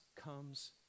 comes